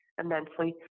immensely